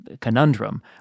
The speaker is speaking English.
conundrum